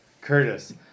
Curtis